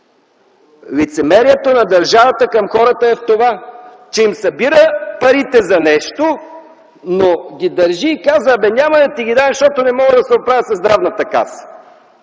Лицемерието на държавата към хората е в това, че им събира парите за нещо, но ги държи и казва: „Абе няма да ти ги дам, защото не мога да се оправя със Здравната каса!”